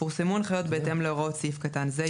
פורסמו הנחיות בהתאם להוראות סעיף קטן זה,